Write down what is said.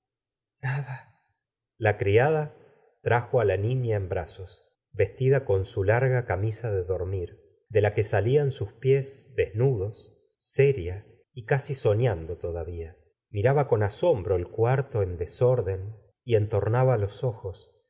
la criada trajo á la niña en brazos vestida con su larga camisa de dormir de la que salían sus pies desnudos seria y casi soñando todavía miraba con asombro el cuarto en desorden y entornaba los ojos